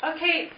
Okay